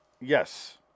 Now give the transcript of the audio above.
Yes